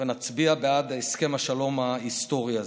ונצביע בעד הסכם השלום ההיסטורי הזה.